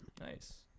Nice